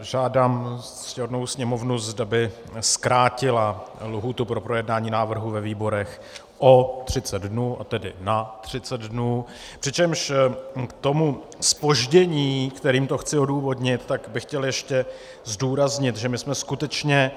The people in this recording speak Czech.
Žádám ctihodnou Sněmovnu, zda by zkrátila lhůtu pro projednání návrhu ve výborech o 30 dnů, a tedy na 30 dnů, přičemž k tomu zpoždění, kterým to chci odůvodnit, bych chtěl ještě zdůraznit, že my jsme skutečně...